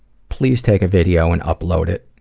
please take a video and upload it.